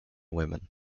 women